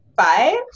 Five